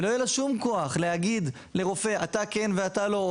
ולא יהיה לה שום כוח להגיד לרופא אתה כן ואתה לא,